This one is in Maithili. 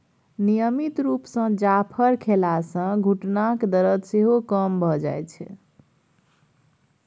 नियमित रुप सँ जाफर खेला सँ घुटनाक दरद सेहो कम भ जाइ छै